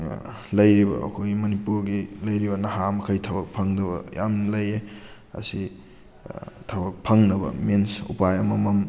ꯂꯩꯔꯤꯕ ꯑꯩꯈꯣꯏ ꯃꯅꯤꯄꯨꯔꯒꯤ ꯂꯩꯔꯤꯕ ꯅꯍꯥ ꯃꯈꯩ ꯊꯕꯛ ꯐꯪꯗꯕ ꯌꯥꯝ ꯂꯩꯌꯦ ꯑꯁꯤ ꯊꯕꯛ ꯐꯪꯅꯕ ꯃꯤꯟꯁ ꯎꯄꯥꯏ ꯑꯃꯃꯝ